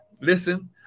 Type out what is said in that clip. listen